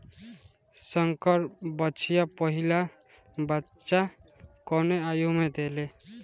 संकर बछिया पहिला बच्चा कवने आयु में देले?